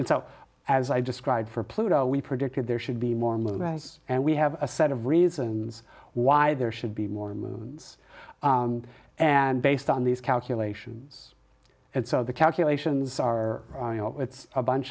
and so as i described for pluto we predicted there should be more movement and we have a set of reasons why there should be more moons and based on these calculations and so the calculations are it's a bunch